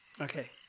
Okay